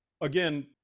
again